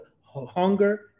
hunger